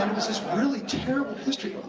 um this this really terrible history,